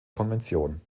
konvention